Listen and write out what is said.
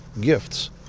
gifts